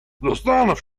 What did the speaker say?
zastanów